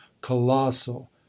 colossal